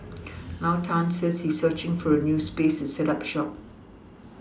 now Tan says he is searching for a new space to set up shop